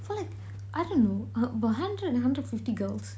for like I dunno about hundred and hundred fifty girls